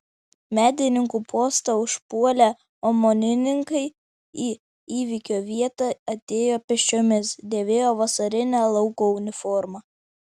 medininkų postą užpuolę omonininkai į įvykio vietą atėjo pėsčiomis dėvėjo vasarinę lauko uniformą